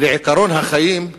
לעקרון החיים,